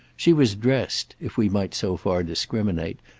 she was dressed, if we might so far discriminate,